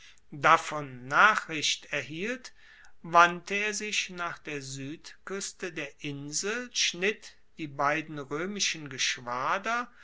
davon nachricht erhielt wandte er sich nach der suedkueste der insel schnitt die beiden roemischen geschwader